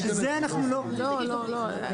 את זה אנחנו לא גורעים.